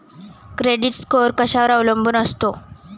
Credit score कशावर अवलंबून असतो?